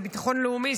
זה ביטחון לאומי,